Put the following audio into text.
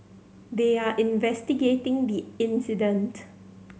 they are investigating the incident